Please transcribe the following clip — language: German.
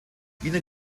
wiener